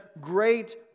great